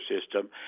system